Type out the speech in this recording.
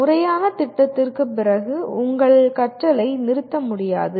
முறையான திட்டத்திற்குப் பிறகு உங்கள் கற்றலை நிறுத்த முடியாது